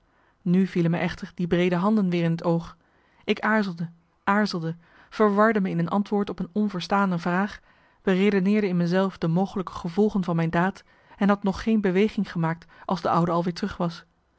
nu vielen me echter die breede handen weer in t oog ik aarzelde aarzelde verwarde me in een antwoord op een onverstane vraag beredeneerde in me zelf de mogelijke gevolgen van mijn daad en had nog geen beweging gemaakt als de oude al weer terug was